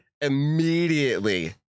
immediately